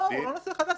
זה לא נושא חדש.